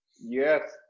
Yes